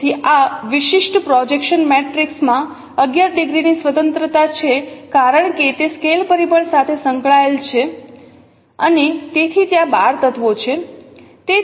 તેથી આ વિશિષ્ટ પ્રોજેક્શન મેટ્રિક્સ માં 11 ડિગ્રી ની સ્વતંત્રતા છે કારણ કે તે સ્કેલ પરિબળ સાથે સંકળાયેલ છે અને તેથી ત્યાં 12 તત્વો છે